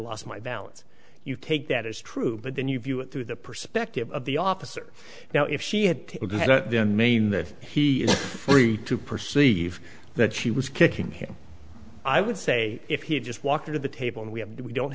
lost my balance you take that is true but then you view it through the perspective of the officer now if she had to then mean that he is free to perceive that she was kicking him i would say if he just walked to the table and we have we don't